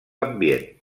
ambient